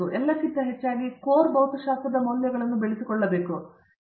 ಮತ್ತು ಎಲ್ಲಕ್ಕಿಂತ ಹೆಚ್ಚಾಗಿ ಅವರು ಕೋರ್ ಭೌತಶಾಸ್ತ್ರದ ಮೌಲ್ಯಗಳನ್ನು ಬೆಳೆಸಿಕೊಳ್ಳಬೇಕು